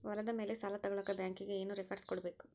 ಹೊಲದ ಮೇಲೆ ಸಾಲ ತಗಳಕ ಬ್ಯಾಂಕಿಗೆ ಏನು ಏನು ರೆಕಾರ್ಡ್ಸ್ ಕೊಡಬೇಕು?